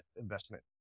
investment